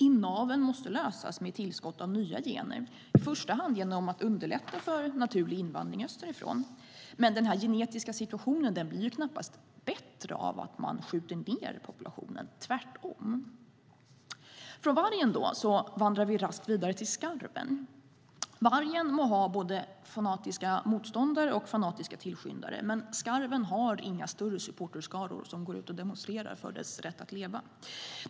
Inaveln måste lösas med tillskott av nya gener, i första hand genom att underlätta för naturlig invandring österifrån. Men den genetiska situationen blir knappast bättre av att man skjuter ned populationen - tvärtom. Från vargen vandrar vi raskt vidare till skarven. Vargen må ha både fanatiska motståndare och fanatiska tillskyndare, men skarven har inga större supporterskaror som går ut och demonstrerar för dess rätt att leva.